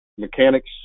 Mechanics